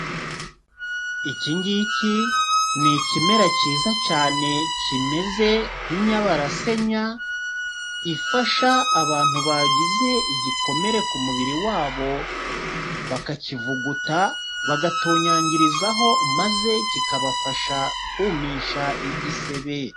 Iki ngiki ni ikimera cyiza cyane kimeze nk'inyabarasenya, ifasha abantu bagize igikomere ku mubiri wabo, bakakivuguta bagatonyangirizaho maze kikabafasha kumisha igisebe.